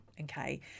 Okay